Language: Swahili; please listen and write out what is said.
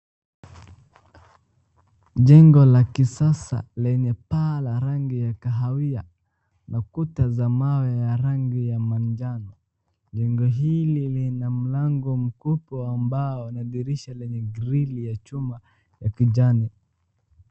Jengo la kisasa lenye paa la rangi ya kahawia na kuta za mawe za rangi ya majano. Jengo hili lina mlango mkubwa wa mbao na dirisha lenye grill ya chuma ya kijani.